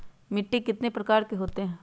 मिट्टी कितने प्रकार के होते हैं?